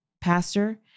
pastor